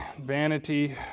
vanity